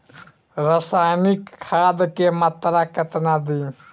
रसायनिक खाद के मात्रा केतना दी?